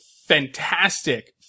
fantastic